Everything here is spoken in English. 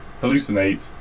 hallucinate